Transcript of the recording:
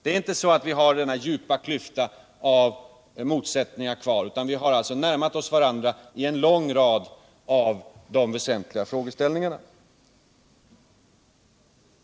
Det är inte så att vi har kvar en djup klyfta av motsättningar, utan vi har närmat oss varandra i en lång rad väsentliga frågeställningar.